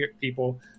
people